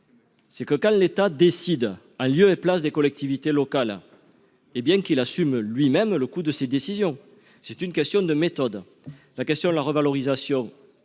choses, quand l'État décide en lieu et place des collectivités locales, est d'assumer lui-même le coût de ses décisions. C'est une question de méthode. La revalorisation